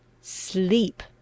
Sleep